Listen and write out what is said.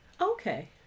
Okay